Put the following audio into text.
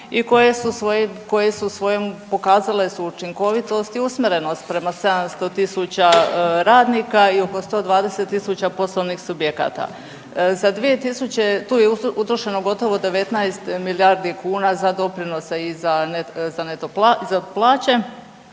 koje su svojim pokazale su učinkovitost i usmjerenost prema 700 tisuća radnika i oko 120 tisuća poslovnih subjekata. Tu je utrošeno gotovo 19 milijardi kuna za doprinose i za neto plaće,